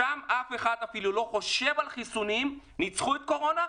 שם אף אחד אפילו לא חושב על חיסונים ניצחו את הקורונה,